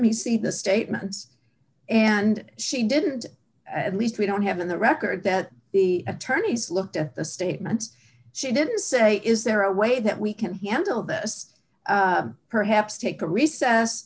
me see the statements and she didn't at least we don't have on the record that the attorneys looked at the statements she didn't say is there a way that we can handle this perhaps take a recess